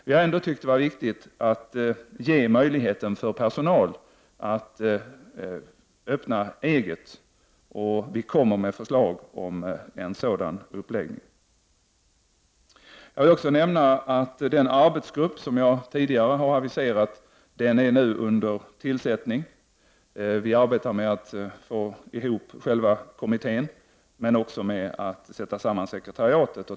Vi har ändå tyckt det vara viktigt att ge personalen möjligheter att öppna eget, och vi kommer med förslag till en sådan uppläggning. Jag vill också nämna att den arbetsgrupp som jag tidigare aviserat nu är under tillsättning. Vi arbetar med att få ihop själva kommittén, men också med att sätta samman sekrateriatet.